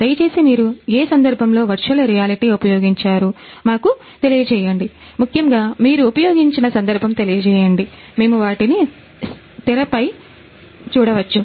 దయచేసి మీరు ఏ ఏ సందర్భంలో వర్చువల్ రియాలిటీ పయోగించారు మాకు తెలియజేయండి ముఖ్యముగా మీరు ఉపయోగించిన సందర్భం తెలియజేయండి మేము వాటిని తెర పై చూడవచ్చు